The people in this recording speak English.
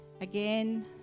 Again